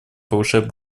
повышать